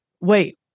wait